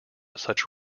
such